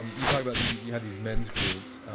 you talked about you you have these men's groups,